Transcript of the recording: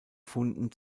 funden